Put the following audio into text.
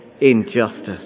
injustice